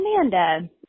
Amanda